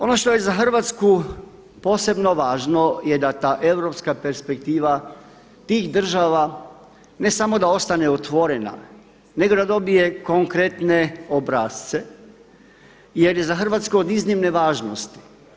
Ono što je za Hrvatsku posebno važno je da ta europska perspektiva tih država ne samo da ostane otvorena nego da dobije konkretne obrasce jer je za Hrvatsku od iznimne važnosti.